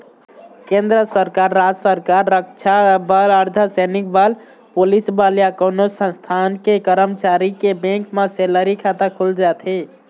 केंद्र सरकार, राज सरकार, रक्छा बल, अर्धसैनिक बल, पुलिस बल या कोनो संस्थान के करमचारी के बेंक म सेलरी खाता खुल जाथे